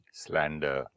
slander